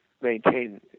maintain